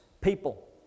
people